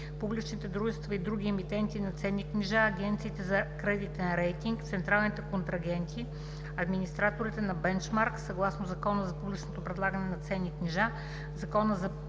публичните дружества и другите емитенти на ценни книжа, агенциите за кредитен рейтинг, централните контрагенти, администраторите на бенчмарк, съгласно Закона за публичното предлагане на ценни книжа, Закона за прилагане на мерките